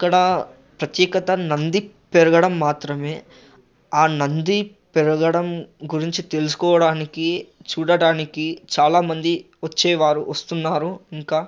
అక్కడ ప్రత్యేకత నంది పెరగడం మాత్రమే ఆ నంది పెరగడం గురించి తెలుసుకోడానికి చూడడానికి చాలా మంది వచ్చేవారు వస్తున్నారు ఇంకా